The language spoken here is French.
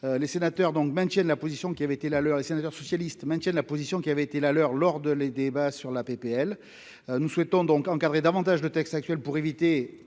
et sénateurs socialistes maintiennent la position qui avait été la leur lors de les débats sur la PPL nous souhaitons donc encadrer davantage le texte actuel pour éviter